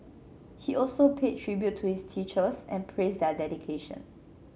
he also paid tribute to his teachers and praised their dedication